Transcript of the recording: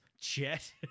Chet